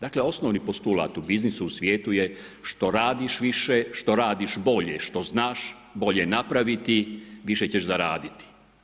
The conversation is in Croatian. Dakle, osnovni postulat u biznisu u svijetu je što radiš više, što radiš bolje, što znaš bolje napraviti više ćeš zaraditi.